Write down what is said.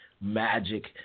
magic